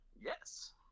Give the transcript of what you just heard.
Yes